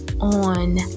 on